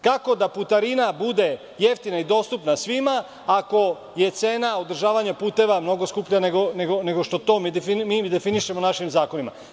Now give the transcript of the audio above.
Kako da putarina bude jeftina i dostupna, ako je cena održavanja puteva mnogo skuplja nego što to mi definišem našim zakonima?